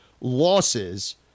losses